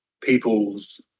people's